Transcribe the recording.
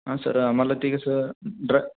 हां सर आम्हाला ती कसं ड्रा